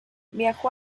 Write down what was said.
viajó